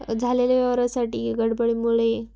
झालेल्या व्यवहारासाठी गडबडीमुळे